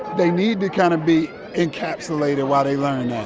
they need to kind of be encapsulated while they learn that